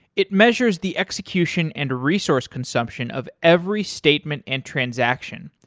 it measures the execution and resource consumption of every statement and transaction,